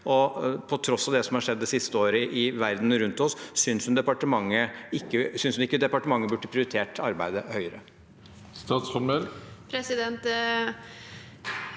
Og: På tross av det som har skjedd det siste året i verden rundt oss, synes hun ikke departementet burde prioritert arbeidet høyere?